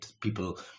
people